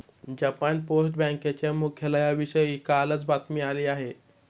Japan post बँकेच्या मुख्यालयाविषयी कालच बातमी आली आहे